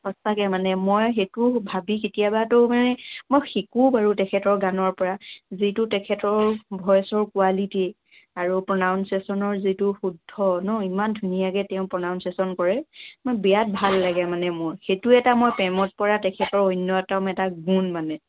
সঁচাকৈ মানে মই সেইটো ভাবি কেতিয়াবাতো মানে মই শিকোও বাৰু তেখেতৰ গানৰ পৰা যিটো তেখেতৰ ভইচৰ কুৱালিটি আৰু প্ৰণাউঞ্চিয়েচনৰ যিটো শুদ্ধ ন ইমান ধুনীয়াকৈ তেওঁ প্ৰাণাউঞ্চিয়েচন কৰে মই বিৰাট ভাল লাগে মানে মোৰ সেইটো এটা মই প্ৰেমত পৰা তেখেতৰ এটা অন্যতম এটা গুণ মানে